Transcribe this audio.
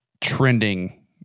trending